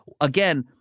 Again